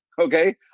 okay